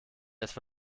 etwa